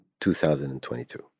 2022